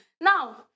Now